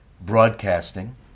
broadcasting